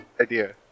idea